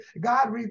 God